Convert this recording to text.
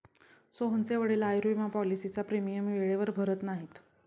सोहनचे वडील आयुर्विमा पॉलिसीचा प्रीमियम वेळेवर भरत नाहीत